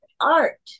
art